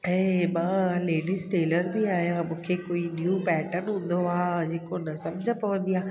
ऐं मां ladies tailor बि आहियां मूंखे कोई न्यू पैटन हूंदो आहे जेको न सम्झ पवंदी आहे